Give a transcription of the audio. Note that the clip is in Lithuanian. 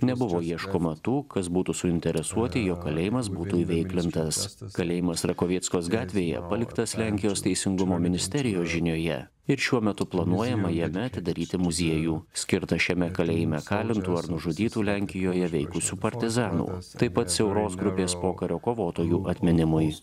nebuvo ieškoma tų kas būtų suinteresuoti jog kalėjimas būtų įveiklintas kalėjimas rakovieckos gatvėje paliktas lenkijos teisingumo ministerijos žinioje ir šiuo metu planuojama jame atidaryti muziejų skirtą šiame kalėjime kalintų ar nužudytų lenkijoje veikusių partizanų taip pat siauros grupės pokario kovotojų atminimui